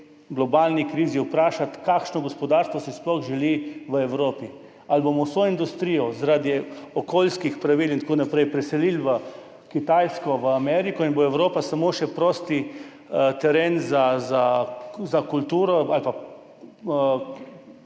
globalni krizi vprašati, kakšno gospodarstvo si sploh želi v Evropi, ali bomo vso industrijo zaradi okoljskih pravil in tako naprej preselili na Kitajsko, v Ameriko in bo Evropa samo še prosti teren za kulturo ali pa